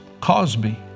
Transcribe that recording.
Cosby